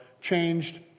changed